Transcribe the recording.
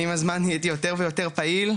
עם הזמן נהייתי יותר ויותר פעיל,